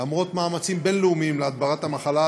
למרות מאמצים בין-לאומיים להדברת המחלה,